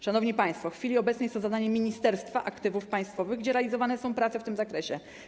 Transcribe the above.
Szanowni państwo, w chwili obecnej jest to zadanie Ministerstwa Aktywów Państwowych, gdzie realizowane są prace w tym zakresie.